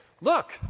look